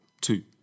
two